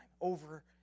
over